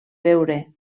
veure